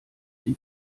die